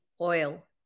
oil